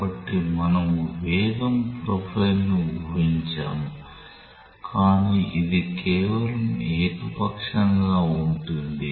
కాబట్టి మనము వేగం ప్రొఫైల్ను ఊహించాము కానీ ఇది కేవలం ఏకపక్షంగా ఉంటుంది